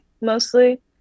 mostly